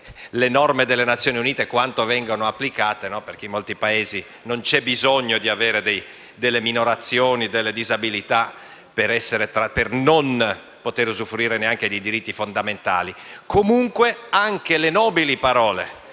le norme delle Nazioni Unite, perché in molti Paesi non c'è bisogno di avere delle minorazioni o delle disabilità per non poter usufruire neanche dei diritti fondamentali. Comunque, anche le nobili parole,